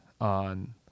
on